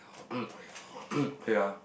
ya